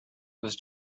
was